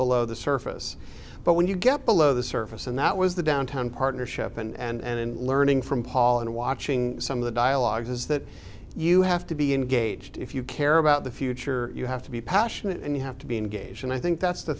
below the surface but when you get below the surface and that was the downtown partnership and learning from paul and watching some of the dialogues is that you have to be engaged if you care about the future you have to be passionate and you have to be engaged and i think that's the